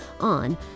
on